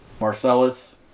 Marcellus